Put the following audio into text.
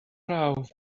prawf